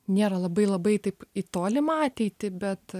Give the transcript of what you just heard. nėra labai labai taip į tolimą ateitį bet